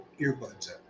earbuds